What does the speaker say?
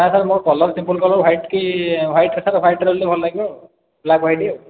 ହଁ ସାର୍ ମୋର colour simple colour white କି ହ୍ୱାଇଟ୍ ହ୍ୱାଇଟ୍ ରହିଲେ ଭଲ ଲାଗିବ ଆଉ ବ୍ଲାକ୍ ହ୍ୱାଇଟ୍ ଆଉ